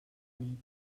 nit